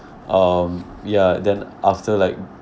um ya then after like